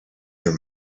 your